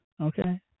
Okay